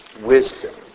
wisdom